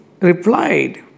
replied